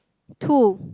too